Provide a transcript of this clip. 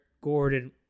Gordon